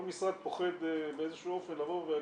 כל משרד פוחד באיזשהו אופן לבוא ולהגיד,